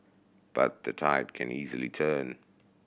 but the tide can easily turn